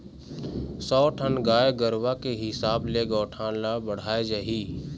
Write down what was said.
सौ ठन गाय गरूवा के हिसाब ले गौठान ल बड़हाय जाही